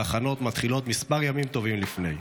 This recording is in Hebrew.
וההכנות מתחילות כמה ימים טובים לפני.